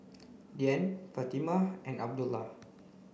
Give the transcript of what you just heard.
Dian Fatimah and Abdullah